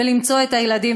למצוא את הילדים.